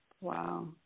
Wow